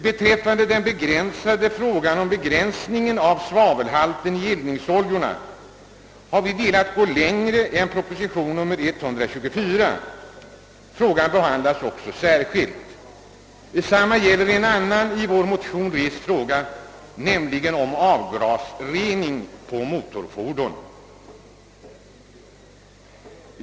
Beträffande den begränsade frågan om en minskning av svavelhalten i eldningsoljorna har vi velat gå längre än proposition 'nr 124. Frågan behandlas också särskilt. Detsamma gäller en annan i våra motioner rest fråga, nämligen om avgasrening på motorfordon.